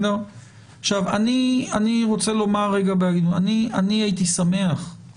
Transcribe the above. אני הייתי שמח אם